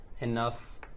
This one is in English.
enough